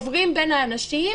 עוברים בין האנשים,